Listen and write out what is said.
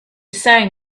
sang